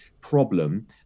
problem